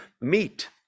meet